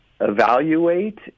evaluate